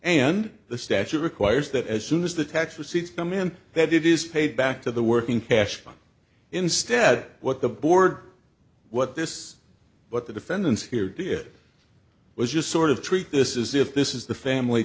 and the statute requires that as soon as the tax receipts come in that it is paid back to the working cash instead what the board what this but the defendants here did was just sort of treat this is if this is the family